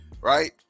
right